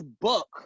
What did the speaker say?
book